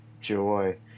joy